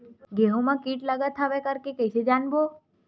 गेहूं म कीट लगत हवय करके कइसे जानबो?